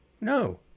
No